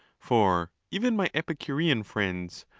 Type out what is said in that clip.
for even my epicurean friends,